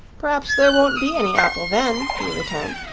perhaps there won't be any apple then, he returned,